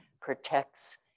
protects